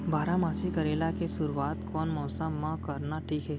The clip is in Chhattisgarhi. बारामासी करेला के शुरुवात कोन मौसम मा करना ठीक हे?